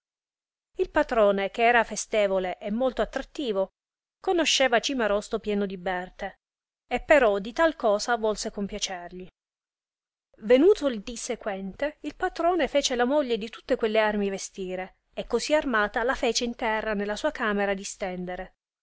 il patrone che era festevole e molto attrattivo conosceva cimarosto pieno di berte e però di tal cosa volse compiacergli venuto il dì sequente il patrone fece la moglie di tutte quelle armi vestire e così armata la fece in terra nella sua camera distendere